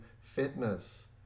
fitness